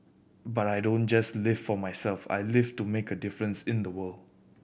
but I don't just live for myself I live to make a difference in the world